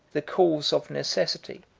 the calls of necessity,